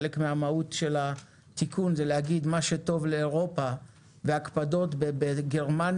חלק מהמהות של התיקון זה להגיד שמה שטוב לאירופה והקפדות בגרמניה,